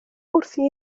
wrthi